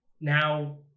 now